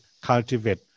cultivate